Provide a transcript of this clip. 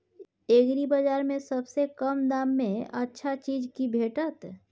एग्रीबाजार में सबसे कम दाम में अच्छा चीज की भेटत?